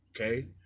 okay